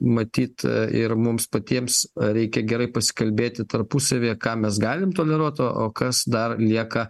matyt ir mums patiems reikia gerai pasikalbėti tarpusavyje ką mes galim toleruot o kas dar lieka